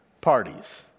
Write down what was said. parties